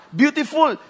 beautiful